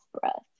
breath